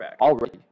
Already